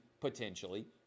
potentially